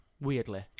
weirdly